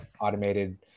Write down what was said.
automated